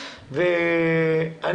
מוחות גדולים חושבים דומה.